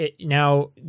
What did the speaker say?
now